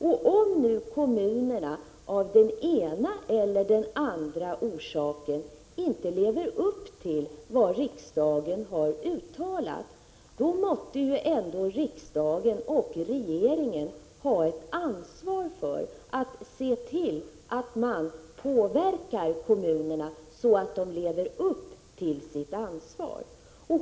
Och om kommunerna av den ena eller andra orsaken inte lever upp till vad riksdagen har uttalat, måste ändå riksdagen och regeringen vara förpliktade att se till att kommunerna påverkas att uppfylla sina skyldigheter.